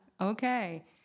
okay